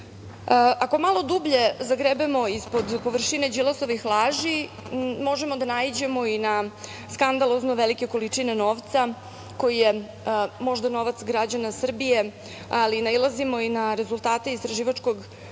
malo dublje zagrebemo ispod površine Đilasovih laži, možemo da naiđemo i na skandalozno velike količine novca koji je možda novac građana Srbije, ali nailazimo i na rezultate istraživačkog